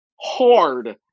hard